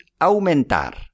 aumentar